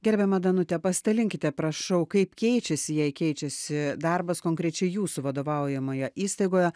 gerbiama danute pasidalinkite prašau kaip keičiasi jei keičiasi darbas konkrečiai jūsų vadovaujamoje įstaigoje